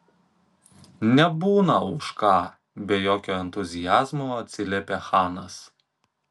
nebūna už ką be jokio entuziazmo atsiliepė chanas